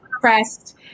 Pressed